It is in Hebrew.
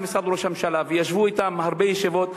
משרד ראש הממשלה וישבו אתם הרבה ישיבות,